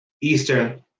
eastern